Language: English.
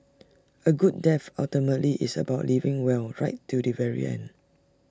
A good death ultimately is about living well right till the very end